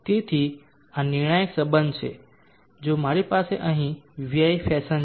તેથી આ નિર્ણાયક સંબંધ છે જો મારી પાસે અહીં vi ફેશન છે